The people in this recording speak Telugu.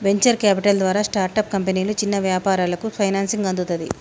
వెంచర్ క్యాపిటల్ ద్వారా స్టార్టప్ కంపెనీలు, చిన్న వ్యాపారాలకు ఫైనాన్సింగ్ అందుతది